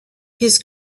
his